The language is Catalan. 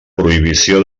prohibició